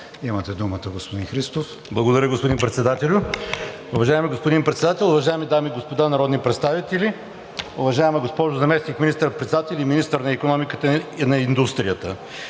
Имате думата, господин Христов. РУМЕН ХРИСТОВ (ГЕРБ-СДС): Благодаря, господин Председателю. Уважаеми господин Председател, уважаеми дами и господа народни представители! Уважаема госпожо Заместник министър-председател и министър на икономиката и индустрията,